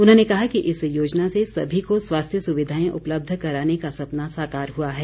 उन्होंने कहा कि इस योजना से सभी को स्वास्थ्य सुविधाएं उपलब्ध कराने का सपना साकार हुआ है